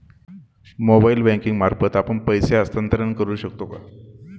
Mobile banking मार्फत आपण पैसे हस्तांतरण करू शकतो का?